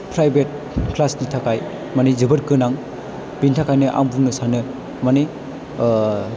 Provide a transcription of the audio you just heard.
private class नि थाखाय माने जोबोद गोनां बिनि थाखायनो आं बुंनो सानो माने